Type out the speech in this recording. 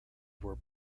were